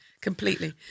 completely